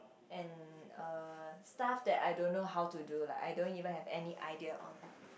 and uh stuff that I don't know how to do like I don't even have any idea on